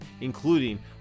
including